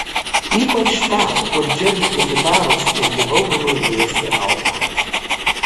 ypač tą kur džeržgia gitaros ir nevaldomai liejasi alkoholis